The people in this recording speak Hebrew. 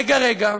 רגע-רגע,